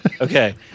Okay